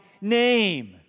name